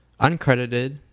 uncredited